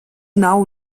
nav